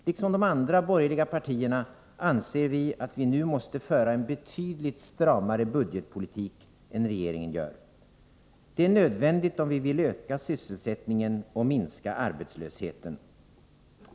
Liksom de andra borgerliga partierna anser vi, att det nu måste föras en betydligt stramare budgetpolitik än vad regeringen gör. Detta är nödvändigt om vi vill öka sysselsättningen och minska arbetslösheten.